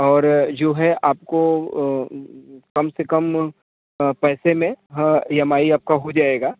और जो है आपको कम से कम पैसे में हाँ ई एम आई आपका हो जाएगा